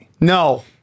No